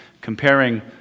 comparing